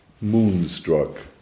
moonstruck